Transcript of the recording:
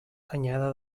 anyada